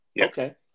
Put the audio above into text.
Okay